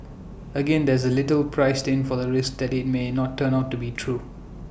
again there is little priced in for the risk that IT may not turn out to be true